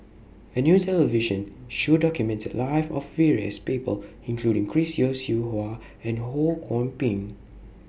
A New television Show documented The Lives of various People including Chris Yeo Siew Hua and Ho Kwon Ping